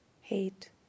hate